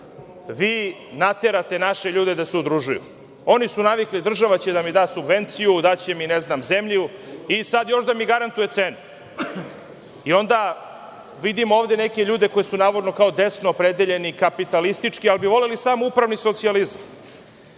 vi naterate naše ljude da se udružuju. Oni su navikli – država će da mi da subvenciju, daće mi zemlju i sad još da mi garantuje cenu. Onda, vidim ovde neke ljude koji su navodno kao desno opredeljeni, kapitalistički, ali bi voleli samoupravni socijalizam.